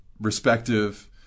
respective